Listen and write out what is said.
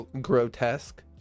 grotesque